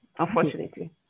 Unfortunately